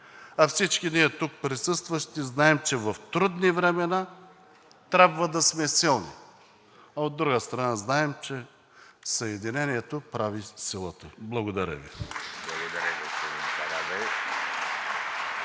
А всички ние тук присъстващите знаем, че в трудни времена трябва да сме силни. От друга страна, знаем, че съединението прави силата. Благодаря Ви.